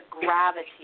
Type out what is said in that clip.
gravity